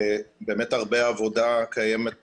באמת הרבה עבודה קיימת בתחום.